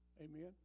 Amen